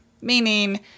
meaning